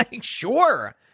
Sure